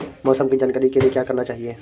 मौसम की जानकारी के लिए क्या करना चाहिए?